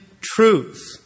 truth